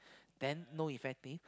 then no effective